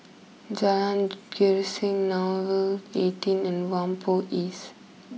Jalan Grisek Nouvel eighteen and Whampoa East